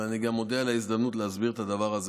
ואני גם מודה על ההזדמנות להסביר את הדבר הזה.